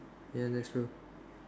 ya that's true